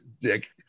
Dick